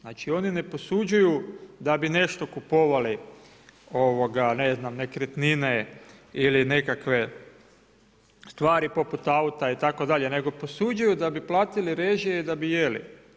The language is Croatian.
Znači oni ne posuđuju da bi nešto kupovali ne znam nekretnine ili nekakve stvari poput auta itd. nego posuđuju da bi platili režije i da bi jeli.